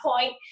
point